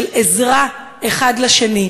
של עזרה אחד לשני.